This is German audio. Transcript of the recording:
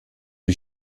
die